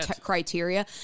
criteria